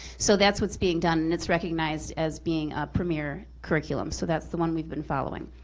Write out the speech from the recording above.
so that's what's being done, and it's recognized as being a premiere curriculum, so that's the one we've been following.